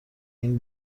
این